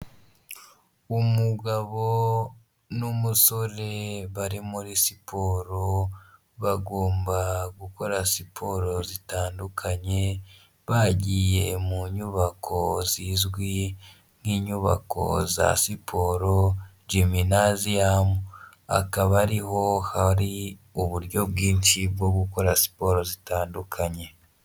Umugabo n'umusore bari muri siporo, bagomba gukora siporo zitandukanye bagiye mu nyubako zizwi nk'inyubako za siporo jiminaziyamu akaba ari ho hari uburyo bwinshi bwo gukora siporo zitandukanye.